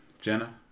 Jenna